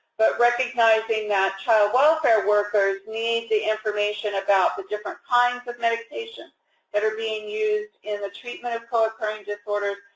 but recognizing that child welfare workers need the information about the different kinds of medications that are being used in the treatment of co-occurring disorders,